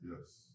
Yes